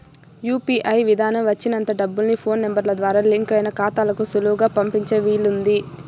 UPI విదానం వచ్చినంత డబ్బుల్ని ఫోన్ నెంబరు ద్వారా లింకయిన కాతాలకు సులువుగా పంపించే వీలయింది